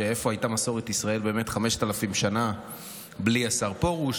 איפה הייתה מסורת ישראל 5,000 שנה בלי השר פרוש?